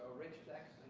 rich text